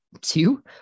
two